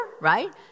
right